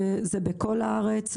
זה בכל הארץ.